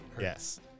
Yes